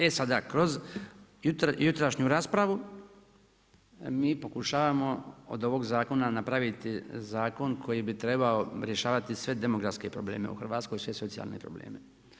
E sada kroz jutrošnju raspravu mi pokušavamo od ovog zakona napraviti zakon koji bi trebao rješavati sve demografske probleme u Hrvatskoj, sve socijalne probleme.